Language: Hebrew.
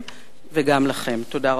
תודה רבה.